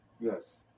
Yes